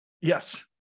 Yes